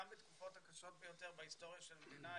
גם בתקופות הקשות ביותר בהיסטוריה של המדינה,